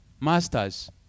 Masters